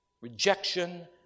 rejection